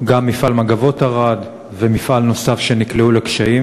מפעל "מגבות ערד" ומפעל נוסף שנקלעו לקשיים.